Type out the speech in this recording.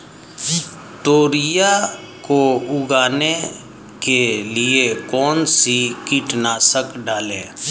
तोरियां को उगाने के लिये कौन सी कीटनाशक डालें?